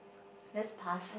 let's pass